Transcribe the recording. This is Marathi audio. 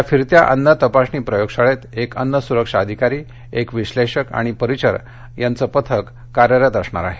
या फिरत्या अन्न तपासणी प्रयोगशाळेत एक अन्न सुरक्षा अधिकारी एक विश्लेषक आणि परिचर यांचंपथक कार्यरत असणार आहे